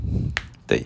对